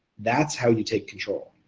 that's how you take control.